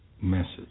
message